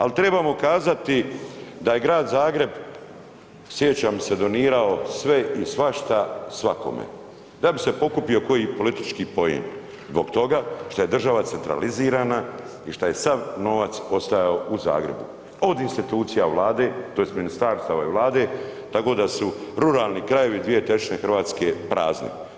Ali trebamo kazati Grad Zagreb sjećam se donirao sve i svašta svakome, da bi se pokupio koji politički poen, zbog toga što je država centralizirana i šta je sav novac ostajao u Zagrebu, od institucija Vlade tj. ministarstava ove Vlade tako da su ruralni krajevi dvije trećine Hrvatske prazni.